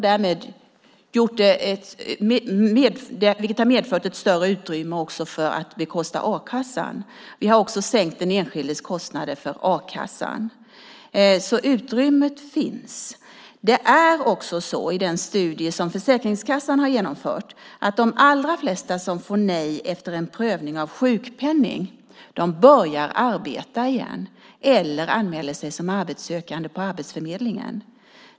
Det har medfört ett större utrymme också för att bekosta a-kassan. Vi har också sänkt den enskildes kostnader för a-kassan, så utrymmet finns. I den studie som Försäkringskassan har genomfört börjar de allra flesta som fått nej efter en prövning av sjukpenning att arbeta igen eller anmäler sig som arbetssökande på Arbetsförmedlingen.